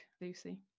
Lucy